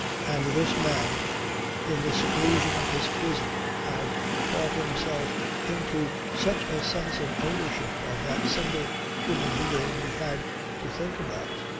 and this man in the seclusion of his prison had thought himself into such a sense of ownership of that single human being he had to think about,